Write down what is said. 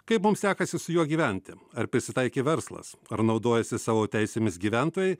kaip mums sekasi su juo gyventi ar prisitaikė verslas ar naudojasi savo teisėmis gyventojai